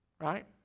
Right